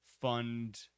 fund